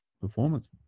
performance